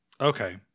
Okay